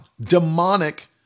demonic